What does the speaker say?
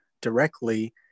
directly